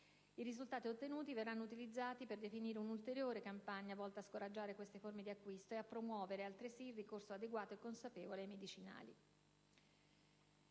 I risultati ottenuti verranno utilizzati per definire un'ulteriore campagna volta a scoraggiare queste forme di acquisto e a promuovere, altresì, il ricorso adeguato e consapevole ai medicinali.